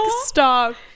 Stop